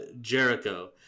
Jericho